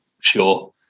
Sure